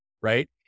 Right